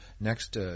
next